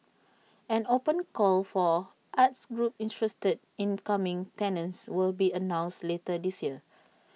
an open call for arts groups interested in becoming tenants will be announced later this year